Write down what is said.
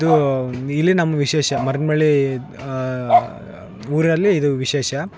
ಇದು ಇಲ್ಲಿ ನಮ್ಮ ವಿಶೇಷ ಮರಿಯಮ್ನಳ್ಳಿ ಊರಲ್ಲಿ ಇದು ವಿಶೇಷ